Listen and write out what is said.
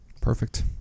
perfect